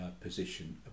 position